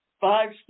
five